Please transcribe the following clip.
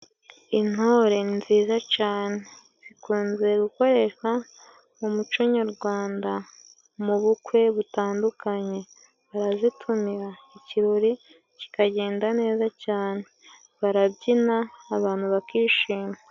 Intore nziza cane zikunze gukoreshwa mu muco nyarwanda, mu bukwe butandukanye barazitumira, ikirori kikagenda neza cane barabyina abantu bakishima.